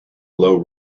low